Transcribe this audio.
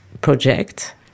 project